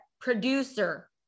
producer